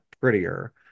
prettier